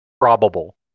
probable